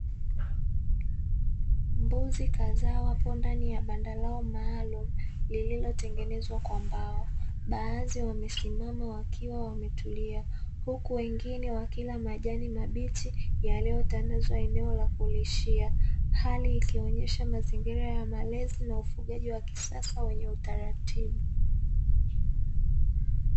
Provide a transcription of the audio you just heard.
Mbuzi kadhaa wapo ndani ya banda lao maalumu, lililotengenezwa kwa mbao. Baadhi wamesimama wakiwa wametulia, huku wengine wakila majani mabichi, yaliyotandazwa eneo la kulishia. Hali ikionyesha mazingira ya malezi na ufugaji wa kisasa wenye utaratibu.